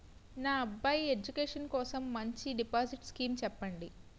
నా అబ్బాయి ఎడ్యుకేషన్ కోసం మంచి డిపాజిట్ స్కీం చెప్పండి